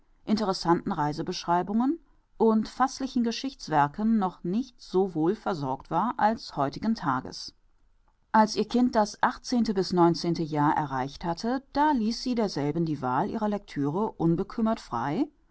interessanten reisebeschreibungen und faßlichen geschichtswerken noch nicht so wohl versorgt war als heutigen tages als ihr kind das jahr erreicht hatte da ließ sie derselben die wahl ihrer lectüre unbekümmert frei